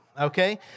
okay